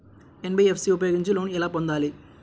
NBFC ఉపయోగించి loan ఎలా పొందాలి?